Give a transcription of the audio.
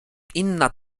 inna